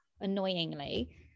annoyingly